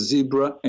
Zebra